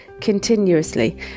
continuously